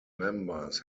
members